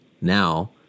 Now